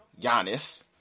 Giannis